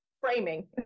framing